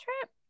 trip